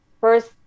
first